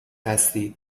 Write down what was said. هستید